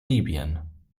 libyen